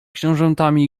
książętami